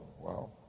Wow